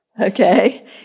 Okay